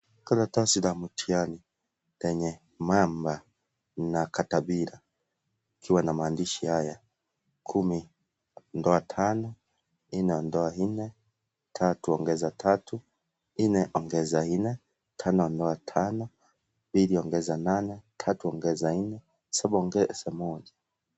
Karatasi la mtihani lenye mama na katabira ikiwa na maandishi haya, kumi ondoa tano, nne ondoa nne, tatu ongeza tatu ,nne ongeza nne tano ondoa tano, pili ongeza nane, tatu ongeza nne, Saba ongeza moja.